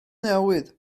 newid